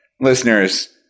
listeners